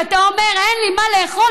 ואתה אומר: אין לי מה לאכול,